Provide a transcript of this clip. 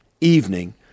evening